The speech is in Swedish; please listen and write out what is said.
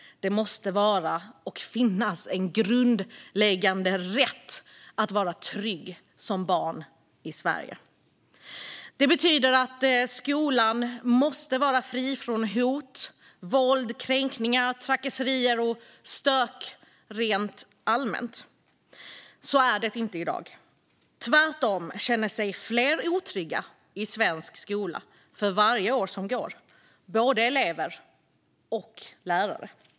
Det måste vara en grundläggande rätt att vara trygg som barn i Sverige. Detta betyder att skolan måste vara fri från hot, våld, kränkningar, trakasserier och stök rent allmänt. Så är det inte i dag. Tvärtom känner sig fler otrygga i svensk skola för varje år som går - både elever och lärare.